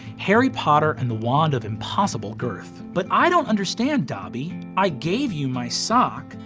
harry potter and the wand of impossible girth. but i don't understand, dobby, i gave you my sock.